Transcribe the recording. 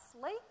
sleep